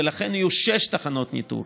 יהיו שש תחנות ניטור: